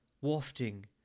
wafting